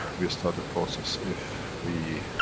we'll start the process, if we,